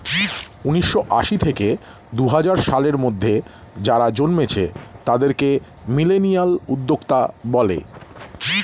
উন্নিশো আশি থেকে দুহাজার সালের মধ্যে যারা জন্মেছে তাদেরকে মিলেনিয়াল উদ্যোক্তা বলে